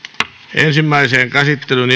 ensimmäiseen käsittelyyn